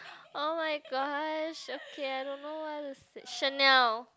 oh-my-gosh okay I don't know what to say Chanel